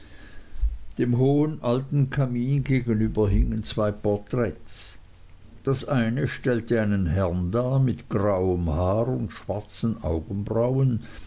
dem hohen alten kamin gegenüber hingen zwei porträts das eine stellte einen herrn dar mit grauem haar und schwarzen augenbrauen